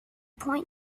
point